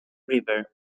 river